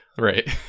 Right